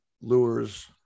Lures